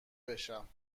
بشم